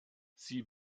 sie